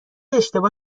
اشتباه